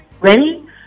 ready